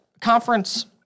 conference